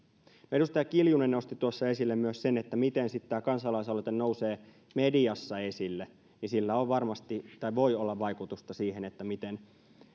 edustaja kiljunen nosti tuossa esille myös sen miten sitten tämä kansalaisaloite nousee mediassa esille ja sillä on varmasti tai voi olla vaikutusta siihen miten